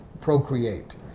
procreate